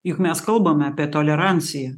juk mes kalbame apie toleranciją